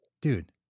dude